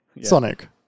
Sonic